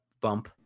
bump